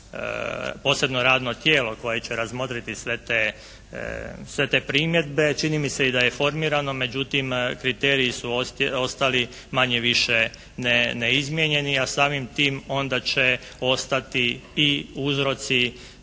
posebno radno tijelo koje će razmotriti sve te primjedbe. Čini mi se i da je formirano, međutim kriteriji su ostali manje-više neizmijenjeni, a samim tim onda će ostati i uzroci